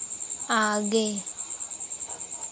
आगे